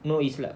no is like